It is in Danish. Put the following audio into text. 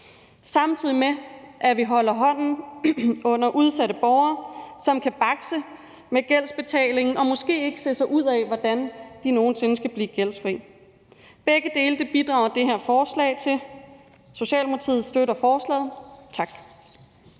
samtidig med at vi holder hånden under udsatte borgere, som kan bakse med gældsbetalingen og måske ikke se, hvordan de nogen sinde skal blive gældfri. Begge dele bidrager det her forslag til. Socialdemokratiet støtter forslaget. Tak.